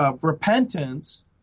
repentance